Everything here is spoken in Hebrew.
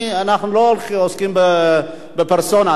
אנחנו לא עוסקים בפרסונה,